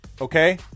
Okay